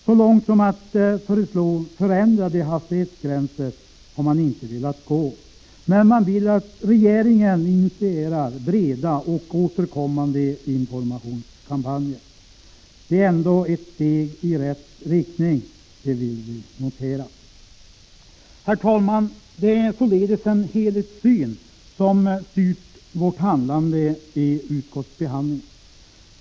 Så långt som till att föreslå ändrade hastighetsgränser har man inte velat gå, men man vill att regeringen initierar breda och återkommande informationskampanjer. Det är ändå ett steg i rätt riktning — det vill vi notera. Herr talman! Det är således en helhetssyn som styrt vårt handlande vid utskottsbehandlingen.